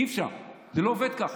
אי-אפשר, זה לא עובד ככה.